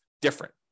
different